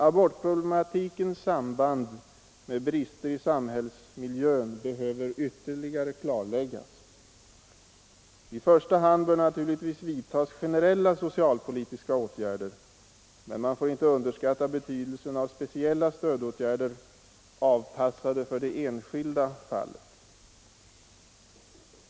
Abortproblematikens samband med brister i samhällsmiljön behöver ytterligare klarläggas. I första hand bör naturligtvis vidtas generella socialpolitiska åtgärder, men man får inte underskatta betydelsen av speciella stödåtgärder avpassade för det enskilda fallet.